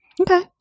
Okay